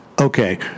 Okay